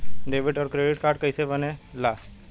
Debit और credit card कईसे बने ने ला?